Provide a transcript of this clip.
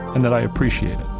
and that i appreciate it.